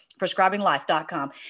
prescribinglife.com